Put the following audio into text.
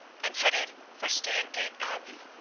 and headed for stangate abbey,